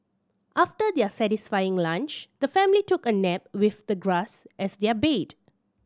after their satisfying lunch the family took a nap with the grass as their bed